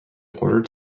order